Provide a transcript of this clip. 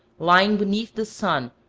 lying beneath the sun,